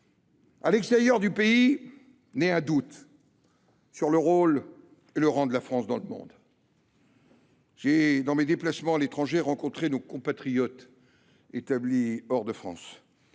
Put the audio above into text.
À l’extérieur du pays naît un doute sur le rôle et le rang de la France dans le monde. Au cours de mes déplacements à l’étranger, j’ai rencontré nos compatriotes établis hors de France